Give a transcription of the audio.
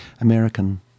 American